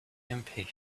impatient